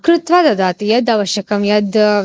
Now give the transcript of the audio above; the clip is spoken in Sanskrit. कृत्वा ददाति यद् आवश्यकं यद्